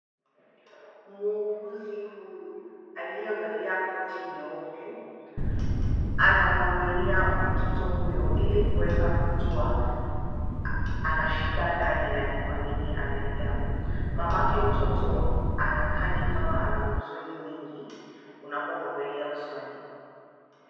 Muuguzi huyu aliyevalia koti nyeupe anamwangalia mtoto huyo, ili kuweza kujua ana shida gani na ni kwa nini analia. Mamake mtoto anakaa ni kama ana huzuni mingi unapomwangalia usoni.